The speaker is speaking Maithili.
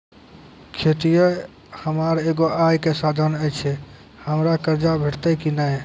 खेतीये हमर एगो आय के साधन ऐछि, हमरा कर्ज भेटतै कि नै?